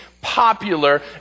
popular